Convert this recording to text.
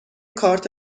کارت